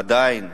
עדיין,